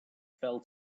fell